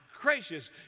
gracious